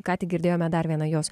ką tik girdėjome dar vieną jos